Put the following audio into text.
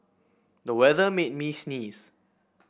the weather made me sneeze